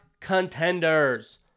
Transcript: Contenders